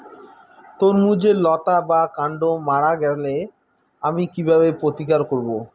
তরমুজের লতা বা কান্ড মারা গেলে আমি কীভাবে প্রতিকার করব?